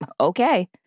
okay